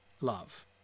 love